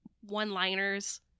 one-liners